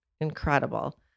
incredible